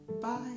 bye